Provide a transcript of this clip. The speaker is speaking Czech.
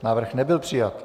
Návrh nebyl přijat.